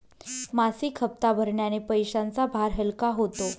मासिक हप्ता भरण्याने पैशांचा भार हलका होतो